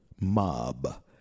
Mob